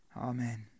Amen